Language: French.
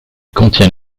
contient